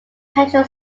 petrol